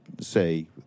say